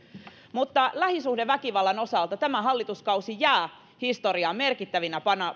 lähisuhdeväkivallan osalta tämä hallituskausi jää historiaan merkittävinä